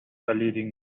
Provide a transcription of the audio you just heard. erledigen